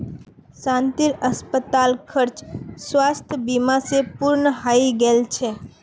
शांतिर अस्पताल खर्च स्वास्थ बीमा स पूर्ण हइ गेल छ